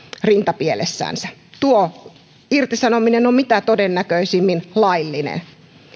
rintapielessänsä tuo irtisanominen on mitä todennäköisimmin laillinen